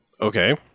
Okay